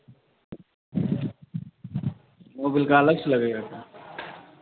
Mobil का अलग से लगेगा क्या